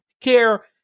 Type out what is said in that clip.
care